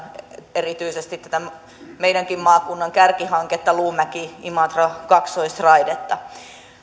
erityisesti tätä meidänkin maakunnan kärkihanketta luumäki imatra kaksoisraidetta